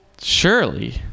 surely